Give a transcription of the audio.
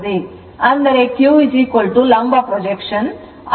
ಅಂದರೆq ಲಂಬ projection IL sine theta ಆಗಿದೆ